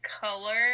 color